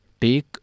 take